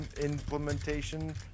implementation